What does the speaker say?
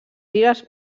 gires